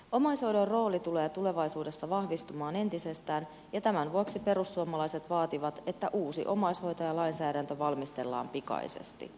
omaishoidon rooli tulee tulevaisuudessa vahvistumaan entisestään ja tämän vuoksi perussuomalaiset vaativat että uusi omaishoitajalainsäädäntö valmistellaan pikaisesti